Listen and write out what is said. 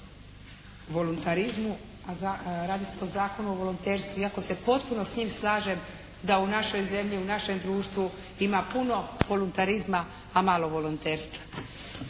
voluntarizmu, a radi se o Zakonu o volonterstvu. Iako se potpuno s njim slažem da u našoj zemlji, u našem društvu ima puno voluntarizma, a malo volonterstva.